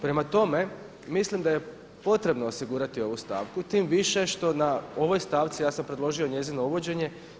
Prema tome, mislim da je potrebno osigurati ovu stavku tim više što na ovoj stavci ja sam predložio njezinom uvođenje.